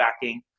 backing